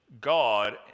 God